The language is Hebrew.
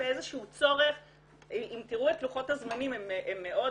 ואיזשהו צורך --- אם תראו את לוחות הזמנים הם מאוד